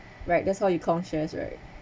right that's how you count shares right